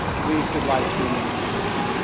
we could livestream them at the same time.